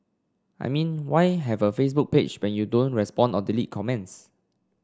I mean why have a Facebook page when you don't respond or delete comments